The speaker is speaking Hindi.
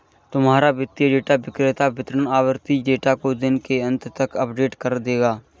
तुम्हारा वित्तीय डेटा विक्रेता वितरण आवृति डेटा को दिन के अंत तक अपडेट कर देगा